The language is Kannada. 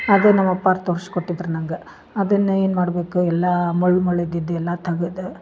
ಅದು ನಮ್ಮ ಅಪ್ಪಾರು ತೋರಿಶ್ಕೊಟ್ಟಿದ್ದರು ನನ್ಗೆ ಅದುನ್ನ ಏನ್ಮಾಡಬೇಕು ಎಲ್ಲಾ ಮುಳ್ಳು ಮುಳ್ಳು ಇದ್ದಿದ್ದು ಎಲ್ಲಾ ತಗುದು